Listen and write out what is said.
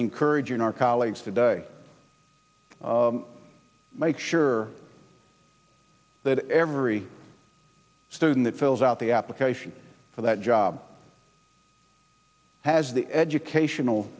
encouraging our colleagues today make sure that every student that fills out the application for that job has the educational